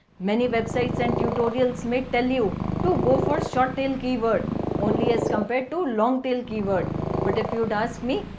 many websites and tutorials may tell you to go for short tail keyword only as compared to long tail keyword but if you'd ask me,